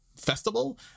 festival